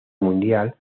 mundial